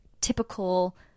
typical